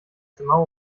zimmer